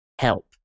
help